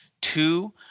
two